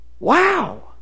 Wow